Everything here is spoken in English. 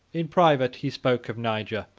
in private, he spoke of niger,